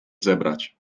zebrać